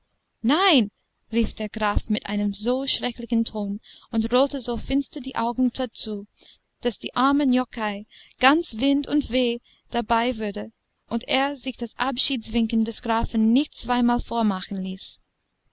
drei nein rief der graf mit einem so schrecklichen ton und rollte so finster die augen dazu daß dem armen jockei ganz wind und weh dabei wurde und er sich das abschiedswinken des grafen nicht zweimal vormachen ließ